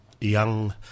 young